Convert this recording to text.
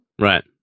Right